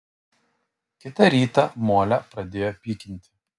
kitą rytą molę pradėjo pykinti